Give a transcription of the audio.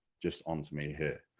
just on to me here.